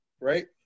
right